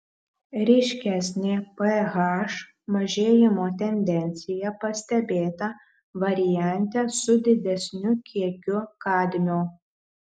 ryškesnė ph mažėjimo tendencija pastebėta variante su didesniu kiekiu kadmio